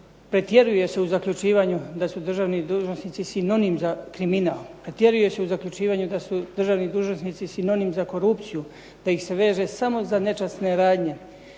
Pretjeruje se u zaključivanju da su državni dužnosnici sinonim za korupciju, da ih se veže samo za nečasne radnje